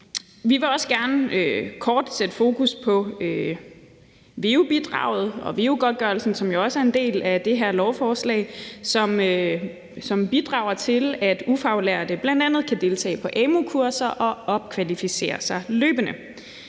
Vi vil også gerne kort sætte fokus på veu-bidraget og veu-godtgørelsen, som jo også er en del af det her lovforslag, som bidrager til, at ufaglærte bl.a. kan deltage på amu-kurser og opkvalificere sig løbende.